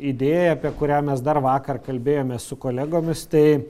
idėja apie kurią mes dar vakar kalbėjomės su kolegomis tai